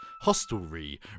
hostelry